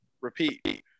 repeat